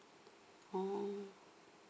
oh